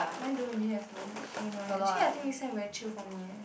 mine don't really have though I don't know eh actually this time very chill for me eh